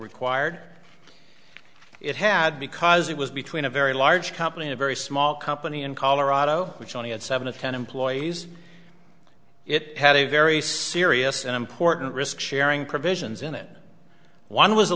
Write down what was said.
required it had because it was between a very large company a very small company in colorado which only had seven of ten employees it had a very serious and important risk sharing provisions in it one was a